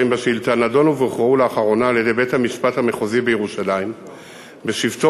בשאילתה נדונו והוכרעו לאחרונה על-ידי בית-המשפט המחוזי בירושלים בשבתו